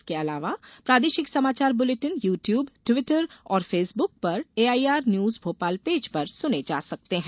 इसके अलावा प्रादेशिक समाचार बुलेटिन यू ट्यूब ट्विटर और फेसबुक पर एआईआर न्यूज भोपाल पेज पर सुने जा सकते हैं